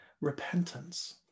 repentance